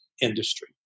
industry